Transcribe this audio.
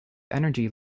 energy